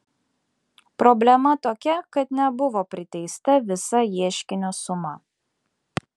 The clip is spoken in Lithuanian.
problema tokia kad nebuvo priteista visa ieškinio suma